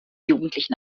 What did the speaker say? jugendlichen